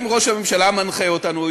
אם ראש הממשלה מנחה אותנו,